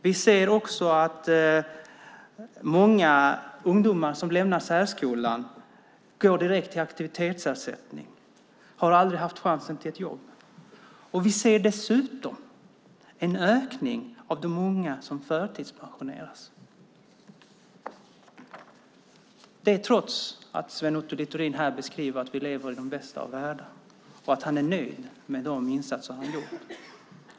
Vi ser också att många ungdomar som lämnar särskolan går direkt till aktivitetsersättning och har aldrig fått chansen till ett jobb. Vi ser dessutom en ökning av antalet förtidspensionerade. Det sker trots att Sven Otto Littorin här beskriver att vi lever i den bästa av världar och att han är nöjd med de insatser han gjort.